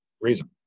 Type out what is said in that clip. reason